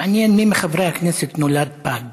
מעניין מי מחברי הכנסת נולד פג.